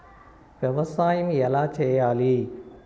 వ్యవసాయం ఎలా చేయాలి?